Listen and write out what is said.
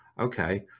okay